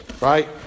right